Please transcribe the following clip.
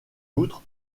outre